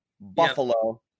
buffalo